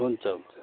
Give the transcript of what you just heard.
हुन्छ हुन्छ